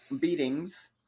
beatings